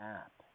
app